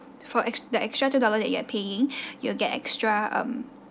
for ex~ the extra two dollar that you are paying you'll get extra um